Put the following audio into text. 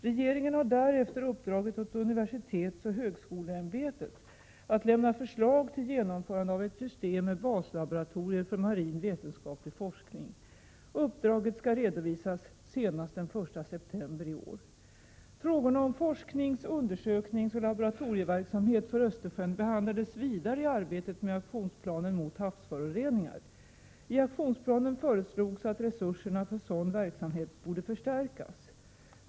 Regeringen har därefter uppdragit åt universitetsoch högskoleämbetet att lämna förslag till genomförande av ett system med baslaboratorier för marin vetenskaplig forskning. Uppdraget skall redovisas senast den 1 september i år. Frågorna om forsknings-, undersökningsoch laboratorieverksamhet för Östersjön behandlades vidare i arbetet med aktionsplanen mot havsföroreningar. I aktionsplanen sades att resurserna för sådan verksamhet borde förstärkas.